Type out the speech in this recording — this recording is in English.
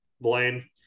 Blaine